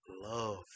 love